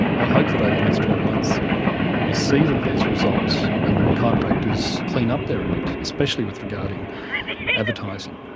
i hope that over the next twelve months we see that there's results and that the chiropractors clean up their act, especially with regarding advertising.